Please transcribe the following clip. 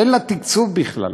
אין לה תקצוב בכלל.